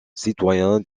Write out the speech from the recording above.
citoyen